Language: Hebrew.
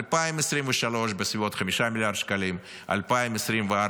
2023, בסביבות 5 מיליארד שקלים, 2024,